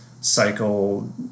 cycle